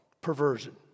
perversion